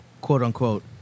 quote-unquote